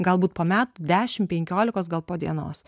galbūt po metų dešimt penkiolikos gal po dienos